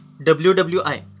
WWI